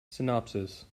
synopsis